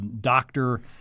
doctor